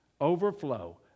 Overflow